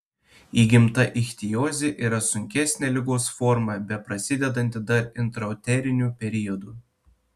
įgimta ichtiozė yra sunkesnė ligos forma beprasidedanti dar intrauteriniu periodu